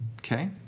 okay